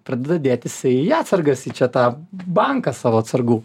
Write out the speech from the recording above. pradeda dėt jisai į atsargas į čia tą banką savo atsargų